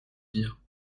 dire